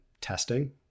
testing